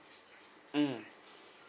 mm